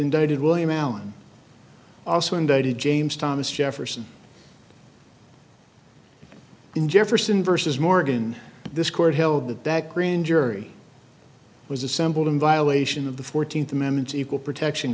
indicted william allen also indicted james thomas jefferson in jefferson versus morgan this court held that that grand jury was assembled in violation of the fourteenth amendment equal protection